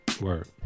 Word